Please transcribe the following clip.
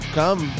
come